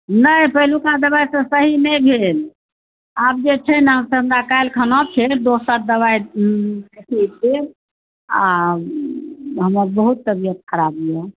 नहि पहिलुका दवाइसँ सही नहि भेल आब जे छै ने हमरा काल्हिखना फेर दोसर दवाइ दऽ देब आ हमर बहुत तबियत खराब अइ